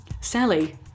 Sally